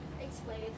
explain